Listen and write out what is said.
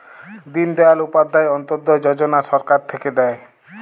দিন দয়াল উপাধ্যায় অন্ত্যোদয় যজনা সরকার থাক্যে দেয়